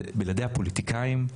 בלי הפוליטיקאים,